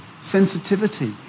sensitivity